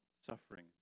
suffering